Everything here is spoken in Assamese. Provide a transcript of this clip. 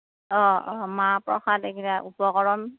অঁ অঁ মাহ প্ৰসাদ এইগিলা উপকৰণ